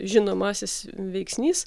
žinomasis veiksnys